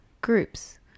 groups